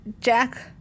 Jack